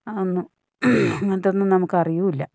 അങ്ങ് അങ്ങനത്തെയൊന്നും നമുക്കറിയില്ല